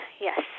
yes